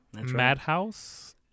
madhouse